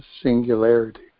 singularity